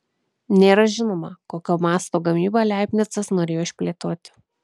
nėra žinoma kokio masto gamybą leibnicas norėjo išplėtoti